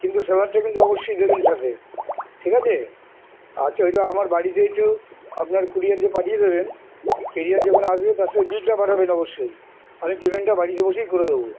কিন্তু স্যালাটটা কিন্তু অবশ্যই দেবেন সাথে ঠিক আছে আচ্ছা ওইটা আমার বাড়িতে একটু আপনার ক্যুরিয়ার যে পাঠিয়ে দেবেন ক্যুরিয়ার যখন আসবে তার সাথে বিলটা পাঠাবেন অবশ্যই আমি পেমেন্টটা বাড়িতে বসেই করে দেবো